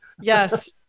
Yes